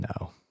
no